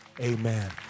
Amen